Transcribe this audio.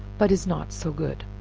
but is not so good.